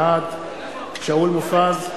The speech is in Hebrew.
בעד שאול מופז,